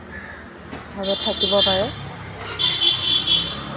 ভাৱে থাকিব পাৰে